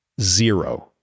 zero